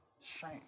shame